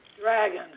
Dragon